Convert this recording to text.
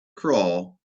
crawl